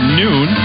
noon